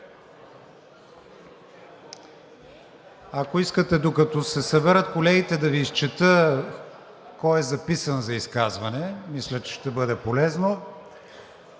Ако искате, докато се съберат колегите, да Ви изчета кой е записан за изказване. Мисля, че ще бъде полезно.